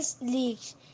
leagues